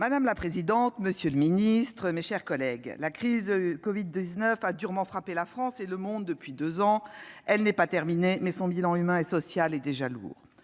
Madame la présidente, monsieur le ministre, mes chers collègues, la crise de la covid-19 a durement frappé la France et le monde depuis deux ans. Elle n'est pas terminée, mais son bilan humain et social est déjà lourd.